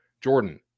Jordan